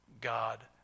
God